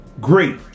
Great